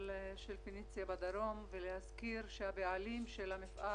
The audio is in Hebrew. "פניציה" בדרום ולהזכיר שהבעלים של המפעל